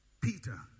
Peter